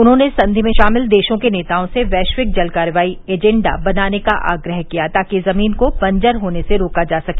उन्होंने संधि में शामिल देशों के नेताओं से वैश्विक जल कार्रवाई एजेंडा बनाने का आग्रह किया ताकि जमीन को बंजर होने से रोका जा सके